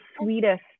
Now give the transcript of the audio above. sweetest